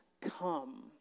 come